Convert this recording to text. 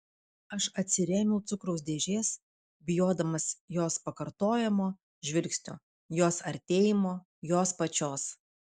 aš atsirėmiau cukraus dėžės bijodamas jos pakartojamo žvilgsnio jos artėjimo jos pačios